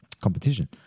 competition